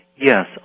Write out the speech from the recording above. Yes